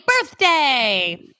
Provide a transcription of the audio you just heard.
birthday